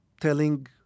telling